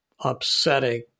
upsetting